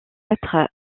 lettre